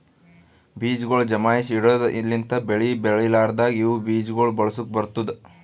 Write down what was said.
ಬೀಜಗೊಳ್ ಜಮಾಯಿಸಿ ಇಡದ್ ಲಿಂತ್ ಬೆಳಿ ಬೆಳಿಲಾರ್ದಾಗ ಇವು ಬೀಜ ಗೊಳ್ ಬಳಸುಕ್ ಬರ್ತ್ತುದ